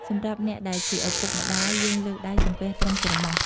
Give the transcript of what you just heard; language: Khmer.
សម្រាប់អ្នកដែលជាឪពុកម្តាយ យើងលើកដៃសំពះត្រឹមច្រមុះ។